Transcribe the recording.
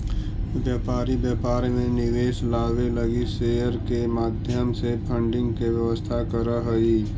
व्यापारी व्यापार में निवेश लावे लगी शेयर के माध्यम से फंडिंग के व्यवस्था करऽ हई